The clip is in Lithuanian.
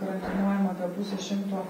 karantinuojama apie pusė šimto